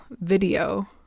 video